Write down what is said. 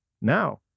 Now